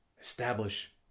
Establish